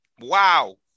wow